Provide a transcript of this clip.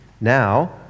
Now